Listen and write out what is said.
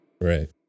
Right